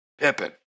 Pippin